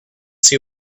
see